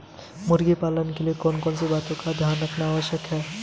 मुर्गी पालन के लिए कौन कौन सी बातों का ध्यान रखना आवश्यक है?